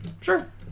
sure